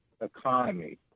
economy